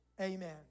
Amen